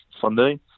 sunday